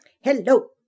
Hello